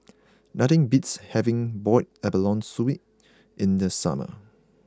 nothing beats having Boiled Abalone Soup in the summer